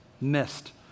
missed